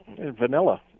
Vanilla